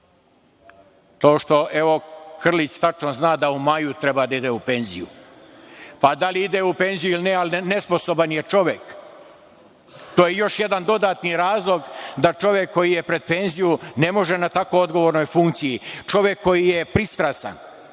penziju. Krlić tačno zna da u maju treba da ide u penziju. Pa da li ide u penziju ili ne, ali nesposoban je čovek. To je još jedan dodatni razlog da čovek koji je pred penziju ne može na tako odgovornoj funkciji, čovek koji je pristrasan. Rekli